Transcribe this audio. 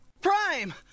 Prime